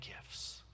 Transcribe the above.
gifts